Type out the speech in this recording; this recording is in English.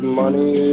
money